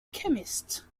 chemist